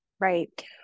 Right